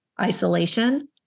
isolation